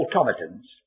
automatons